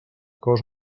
cos